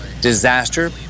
DISASTER